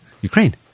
Ukraine